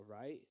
right